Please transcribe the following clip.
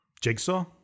Jigsaw